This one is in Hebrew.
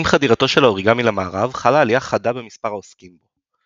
עם חדירתו של האוריגמי למערב חלה עלייה חדה במספר העוסקים בו.